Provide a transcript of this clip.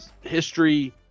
history